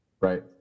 Right